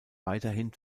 weiterhin